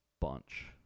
bunch